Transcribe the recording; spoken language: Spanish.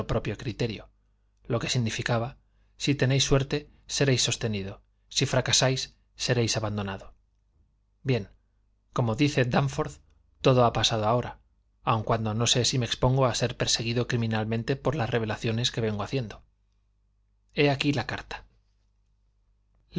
propio criterio lo que significaba si tenéis suerte seréis sostenido si fracasáis seréis abandonado bien como dice dánforth todo ha pasado ahora aun cuando no sé si me expongo a ser perseguido criminalmente por las revelaciones que vengo haciendo he aquí la carta